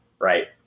right